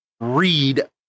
read